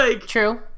true